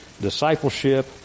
discipleship